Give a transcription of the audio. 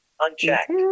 Unchecked